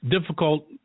Difficult